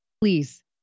please